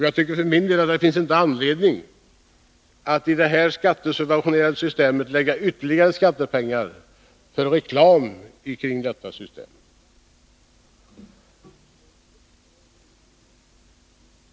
Jag tycker inte det finns anledning att i detta skattesubventionerade system lägga ned ytterligare skattepengar på reklam kring detta system.